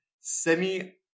semi